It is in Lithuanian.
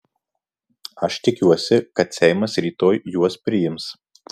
aš tikiuosi kad seimas rytoj juos priims